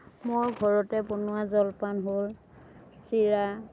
মই ঘৰতে বনোৱা জলপান হ'ল চিৰা